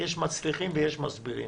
יש מצליחים ויש מסבירים.